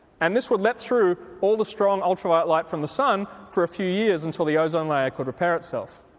and this would let through all the strong ultraviolet light from the sun for a few years until the ozone layer could repair itself.